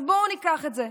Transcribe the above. אז בואו ניקח את זה.